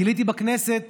גיליתי בכנסת